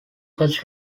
first